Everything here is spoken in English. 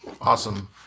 Awesome